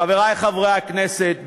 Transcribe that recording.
חברי חברי הכנסת,